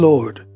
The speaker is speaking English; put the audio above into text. Lord